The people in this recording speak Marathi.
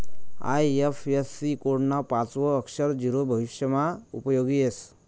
आय.एफ.एस.सी कोड ना पाचवं अक्षर झीरो भविष्यमा उपयोगी येस